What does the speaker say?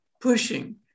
pushing